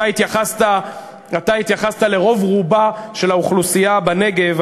אתה התייחסת לרוב רובה של האוכלוסייה בנגב,